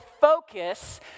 focus